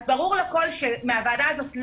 אז ברור לכל שמהוועדה הזאת,